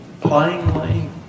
plainly